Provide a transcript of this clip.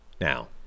Now